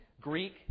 Greek